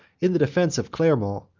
in the defence of clermont,